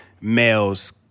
males